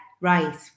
Right